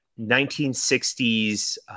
1960s